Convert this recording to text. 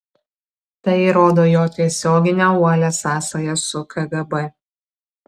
tai įrodo jo tiesioginę uolią sąsają su kgb